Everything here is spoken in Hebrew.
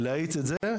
צריך להאיץ את זה.